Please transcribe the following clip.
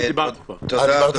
קודם כל, אני רוצה